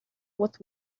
with